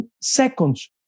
seconds